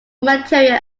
material